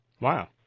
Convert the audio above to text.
Wow